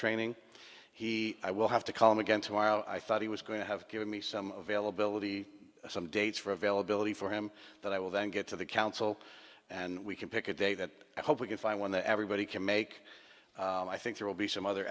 training he i will have to call him again tomorrow i thought he was going to have given me some veil ability some dates for availability for him that i will then get to the council and we can pick a day that i hope we can find one that everybody can make i think there will be some other